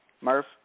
Murph